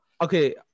Okay